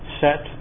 set